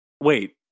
Wait